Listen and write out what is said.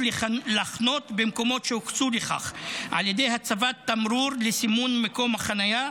לחנות במקומות שהוקצו לכך על ידי הצבת תמרור לסימון מקום החניה,